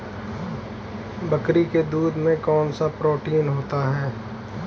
बकरी के दूध में कौनसा प्रोटीन होता है?